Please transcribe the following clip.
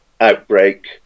outbreak